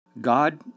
God